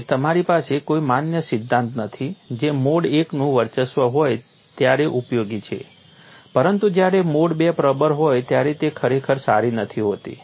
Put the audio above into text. અને તમારી પાસે કોઈ માન્ય સિદ્ધાંત નથી જે મોડ I નું વર્ચસ્વ હોય ત્યારે ઉપયોગી છે પરંતુ જ્યારે મોડ II પ્રબળ હોય ત્યારે તે ખરેખર સારી નથી હોતી